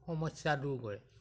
সমস্যা দূৰ কৰে